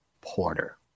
Porter